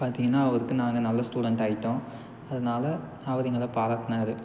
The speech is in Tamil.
பார்த்தீங்கன்னா அவருக்கு நாங்கள் நல்ல ஸ்டூடண்ட் ஆகிட்டோம் அதனால அவர் எங்களை பாராட்டினார்